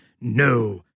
no